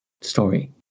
Story